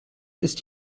ist